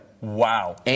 Wow